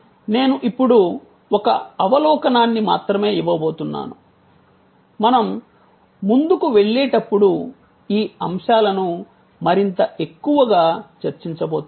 నేను ఇప్పుడు ఒక అవలోకనాన్ని మాత్రమే ఇవ్వబోతున్నాను మనం ముందుకు వెళ్ళేటప్పుడు ఈ అంశాలను మరింత ఎక్కువగా చర్చించబోతున్నాము